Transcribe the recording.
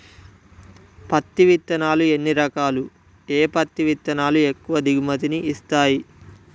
పత్తి విత్తనాలు ఎన్ని రకాలు, ఏ పత్తి విత్తనాలు ఎక్కువ దిగుమతి ని ఇస్తాయి?